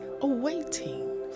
awaiting